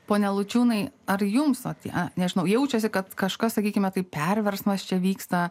pone laučiūnai ar jums apie nežinau jaučiuosi kad kažkas sakykime taip perversmas čia vyksta